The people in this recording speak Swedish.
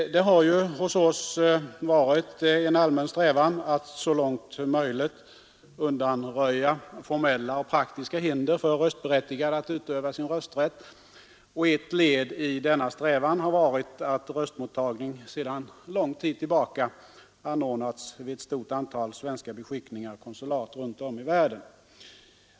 Det har ju hos oss varit en allmän strävan att så långt möjligt undanröja formella och praktiska hinder för röstberättigade att utöva sin rösträtt. Ett led i denna strävan har varit att röstmottagning sedan lång tid tillbaka anordnats vid ett stort antal svenska beskickningar och konsulat runt om i världen.